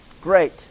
Great